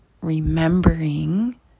remembering